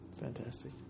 Fantastic